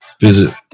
Visit